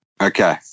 Okay